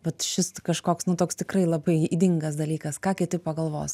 vat šis kažkoks nu toks tikrai labai ydingas dalykas ką kiti pagalvos